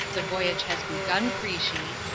the voyage has begun, creeshie.